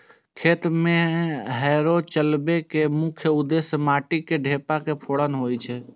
खेत मे हैरो चलबै के मुख्य उद्देश्य माटिक ढेपा के फोड़नाय होइ छै